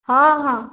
ହଁ ହଁ